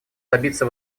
добиться